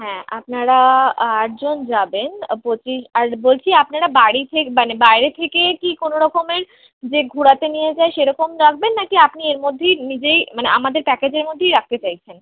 হ্যাঁ আপনারা আট জন যাবেন পঁচিশ আর বলছি আপনারা বাড়ি থেকে মানে বাইরে থেকে কি কোনো রকমের যে ঘোরাতে নিয়ে যায় সেরকম রাখবেন না কি আপনি এর মধ্যেই নিজেই মানে আমাদের প্যাকেজের মধ্যেই রাখতে চাইছেন